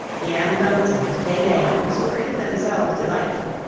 the anthems and te deums were in themselves delightful,